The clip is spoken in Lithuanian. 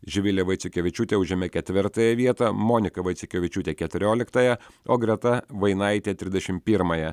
živilė vaiciukevičiūtė užėmė ketvirtąją vietą monika vaiciukevičiūtė keturioliktąją o greta vainaitė trisdešim pirmąją